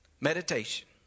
meditation